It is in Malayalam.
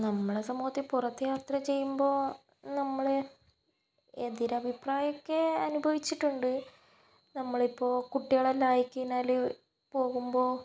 നമ്മളുടെ സമൂഹത്തിൽ പുറത്ത് യാത്ര ചെയ്യുമ്പോൾ നമ്മൾ എതിർ അഭിപ്രായമൊക്കെ അനുഭവിച്ചിട്ടുണ്ട് നമ്മളിപ്പോൾ കുട്ടികളെല്ലാം ആയി കഴിഞ്ഞാൽ പോകുമ്പോൾ